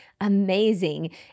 amazing